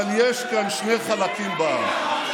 אבל יש כאן שני חלקים בעם.